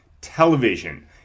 television